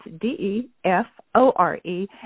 D-E-F-O-R-E